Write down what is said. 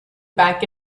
back